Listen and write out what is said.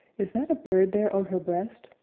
is that a bird there on her breast,